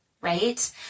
Right